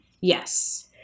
Yes